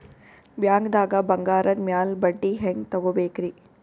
ಬ್ಯಾಂಕ್ದಾಗ ಬಂಗಾರದ್ ಮ್ಯಾಲ್ ಬಡ್ಡಿ ಹೆಂಗ್ ತಗೋಬೇಕ್ರಿ?